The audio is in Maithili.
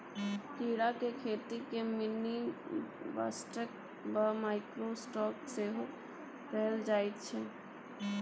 कीड़ाक खेतीकेँ मिनीलिवस्टॉक वा माइक्रो स्टॉक सेहो कहल जाइत छै